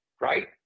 right